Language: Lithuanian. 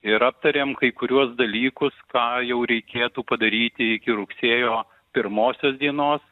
ir aptarėm kai kuriuos dalykus ką jau reikėtų padaryti iki rugsėjo pirmosios dienos